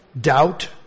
doubt